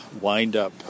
wind-up